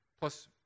plus